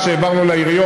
אלה שהיו לי לאב,